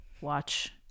watch